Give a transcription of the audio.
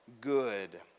good